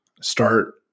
start